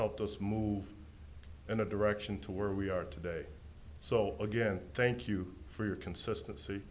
helped us move in a direction to where we are today so again thank you for your consistency